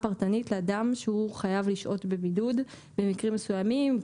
פרטנית לאדם שהוא חייב לשהות בבידוד במקרים מסוימים,